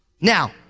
Now